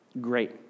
great